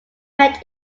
met